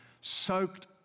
soaked